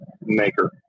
maker